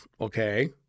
Okay